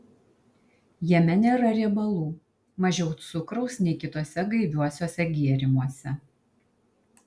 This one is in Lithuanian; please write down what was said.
jame nėra riebalų mažiau cukraus nei kituose gaiviuosiuose gėrimuose